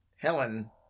Helen